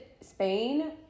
Spain